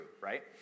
right